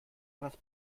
etwas